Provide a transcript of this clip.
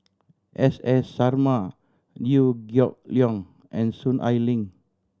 S S Sarma Liew Geok Leong and Soon Ai Ling